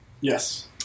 Yes